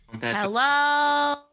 Hello